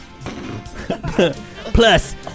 Plus